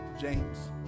James